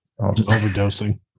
Overdosing